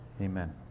Amen